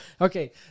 Okay